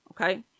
okay